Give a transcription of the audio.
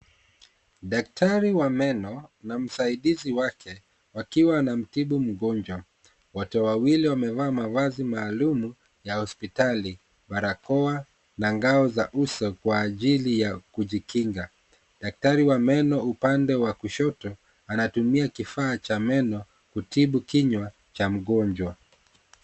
Daktari wa meno na msaidizi wake wakiwa wanamtibu mgonjwa. Wote wawili wamevaa mavazi maalum ya hospitali, barakoa na ngao za uso kwa ajili ya kujikinga. Daktari wa meno upande wa kushoto, anatumia kifaa cha meno kutibu kinywa cha mgonjwa.